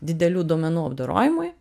didelių duomenų apdorojimui